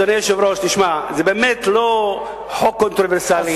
אדוני היושב-ראש, זה באמת לא חוק קונטרוברסלי.